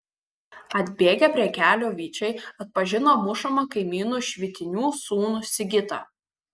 atbėgę prie kelio vyčai atpažino mušamą kaimynu švitinių sūnų sigitą